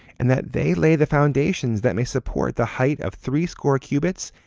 and that they lay the foundations that may support the height of threescore cubits,